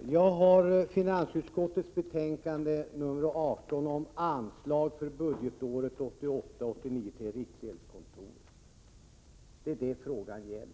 Vad vi diskuterar är finansutskottets betänkande nr 18 om anslag för budgetåret 1988/89 till riksgäldskontoret, och inte någonting annat.